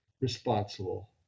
responsible